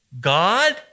God